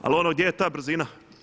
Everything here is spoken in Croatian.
Ali ono gdje je ta brzina?